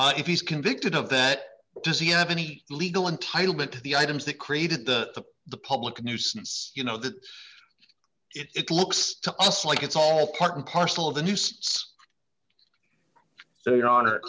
if he's convicted of that does he have any legal entitlement to the items that created the the public nuisance you know that it looks to us like it's all part and parcel of the noose so your hon